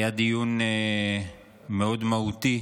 היה דיון מאוד מהותי,